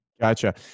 Gotcha